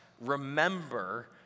remember